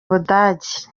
budage